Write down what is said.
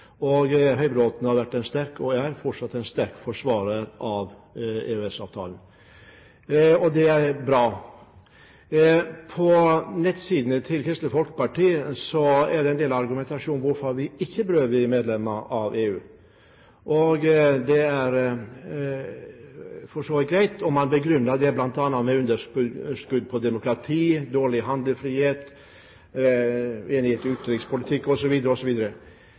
Høybråten har vært, og er fortsatt, en sterk forsvarer av EØS-avtalen, og det er bra. På nettsidene til Kristelig Folkeparti er det en del argumentasjon for hvorfor vi ikke bør bli medlem av EU. Det er for så vidt greit. Man begrunner det bl.a. med underskudd på demokrati, dårlig handlefrihet, enighet i utenrikspolitikk